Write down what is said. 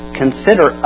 consider